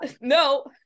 no